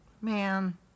Man